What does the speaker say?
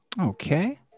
Okay